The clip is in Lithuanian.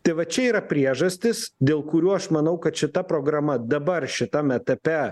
tai va čia yra priežastys dėl kurių aš manau kad šita programa dabar šitame etape